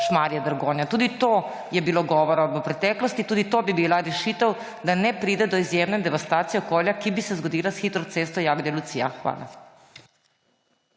Šmarje–Dragonja? Tudi o tem je bilo govora v preteklosti, tudi to bi bila rešitev, da ne pride do izjemne devastacije okolja, ki bi se zgodila s hitro cesto Jagodje–Lucija. Hvala.